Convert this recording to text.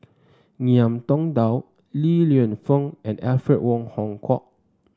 Ngiam Tong Dow Li Lienfung and Alfred Wong Hong Kwok